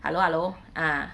hello hello ah